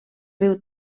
riu